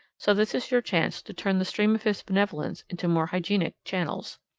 so this is your chance to turn the stream of his benevolence into more hygienic channels.